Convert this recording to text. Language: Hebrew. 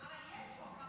יש חוק,